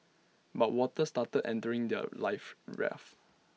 but water started entering their life rafts